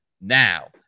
now